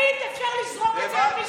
תמיד אפשר לזרוק את זה על מישהו אחר,